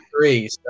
three